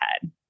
head